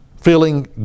feeling